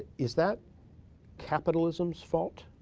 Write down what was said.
is that capitalism's fault